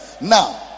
Now